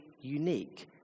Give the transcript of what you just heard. unique